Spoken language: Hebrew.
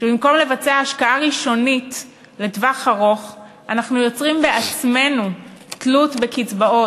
במקום לבצע השקעה ראשונית לטווח ארוך אנחנו יוצרים בעצמנו תלות בקצבאות,